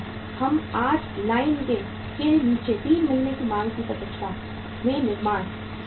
हम आज लाइन के नीचे 3 महीने की मांग की प्रत्याशा में निर्माण कर रहे हैं